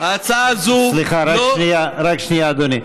ההצעה הזאת לא, סליחה, רק שנייה, אדוני.